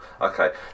okay